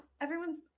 everyone's